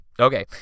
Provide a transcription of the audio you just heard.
Okay